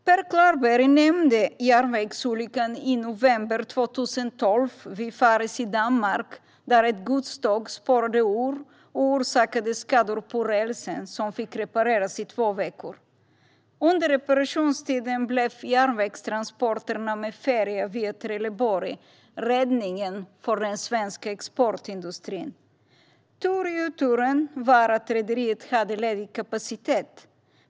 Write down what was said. Per Klarberg nämnde järnvägsolyckan i november 2012 vid Farris i Danmark där ett godståg spårade ur och orsakade skador på rälsen som fick repareras i två veckor. Under reparationstiden blev järnvägstransporterna med färja via Trelleborg räddningen för den svenska exportindustrin. Tur i oturen var att rederiet hade ledig kapacitet.